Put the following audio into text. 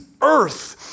earth